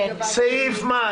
סעיף מה?